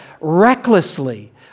recklessly